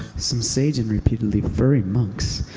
some sage and repeatedly furry monks